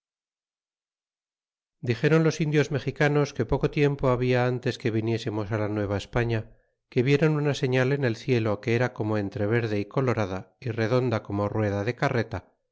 dixéroa los indios mexicanos que poco tiempo habla tintes que viniesemos la nueva españa que vieron una señal en el cielo que era como entre verde y colorada y redonda como rueda de carreta